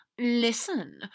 Listen